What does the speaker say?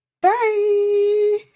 Bye